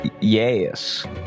Yes